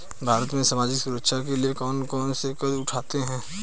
भारत में सामाजिक सुरक्षा के लिए कौन कौन से कदम उठाये हैं?